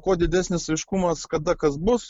kuo didesnis aiškumas kada kas bus